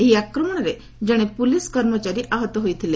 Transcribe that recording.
ଏହି ଆକ୍ରମଣରେ ଜଣେ ପୁଲିସ୍ କର୍ମଚାରୀ ଆହତ ହୋଇଥିଲେ